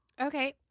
Okay